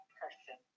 person